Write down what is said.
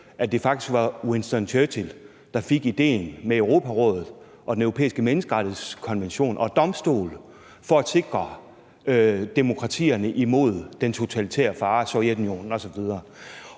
at det faktisk var Winston Churchill, der fik ideen med Europarådet og Den Europæiske Menneskerettighedskonvention og Menneskerettighedsdomstolen for at sikre demokratierne imod den totalitære fare fra Sovjetunionen osv.